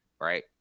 right